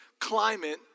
climate